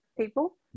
people